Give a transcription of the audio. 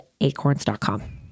acorns.com